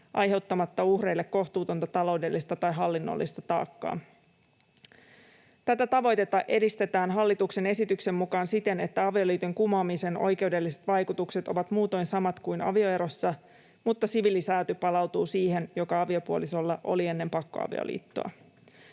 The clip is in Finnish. aiheuttamatta uhreille kohtuutonta taloudellista tai hallinnollista taakkaa. Tätä tavoitetta edistetään hallituksen esityksen mukaan siten, että avioliiton kumoamisen oikeudelliset vaikutukset ovat muutoin samat kuin avioerossa mutta siviilisääty palautuu siihen, joka aviopuolisolla oli ennen pakkoavioliittoa.